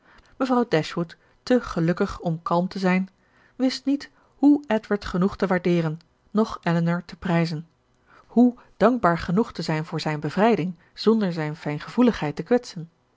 mevrouw dashwood te gelukkig om kalm te zijn wist niet hoe edward genoeg te waardeeren noch elinor te prijzen hoe dankbaar genoeg te zijn voor zijn bevrijding zonder zijn fijngevoeligheid te kwetsen